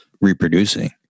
reproducing